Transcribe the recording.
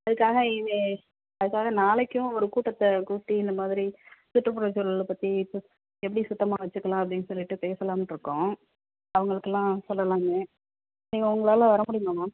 அதுக்காக இது அதுக்காக நாளைக்கும் ஒரு கூட்டத்தை கூட்டி இந்த மாதிரி சுற்றுப்புற சூழலை பற்றி இப்போ எப்படி சுத்தமாக வெச்சுக்கலாம் அப்படின்னு சொல்லிகிட்டு பேசலாம்னு இருக்கோம் அவங்களுக்குலாம் சொல்லெலான்னு நீங்கள் உங்களால் வர முடியுமா மேம்